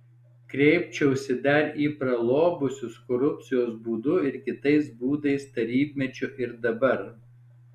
kreipčiausi dar į pralobusius korupcijos būdu ir kitais būdais tarybmečiu ir dabar